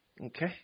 okay